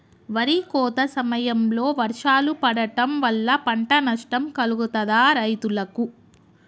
వరి కోత సమయంలో వర్షాలు పడటం వల్ల పంట నష్టం కలుగుతదా రైతులకు?